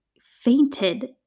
fainted